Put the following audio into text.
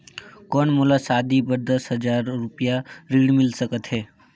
कौन मोला शादी बर दस हजार रुपिया ऋण मिल सकत है?